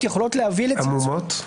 עמומות?